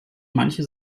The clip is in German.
manche